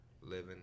living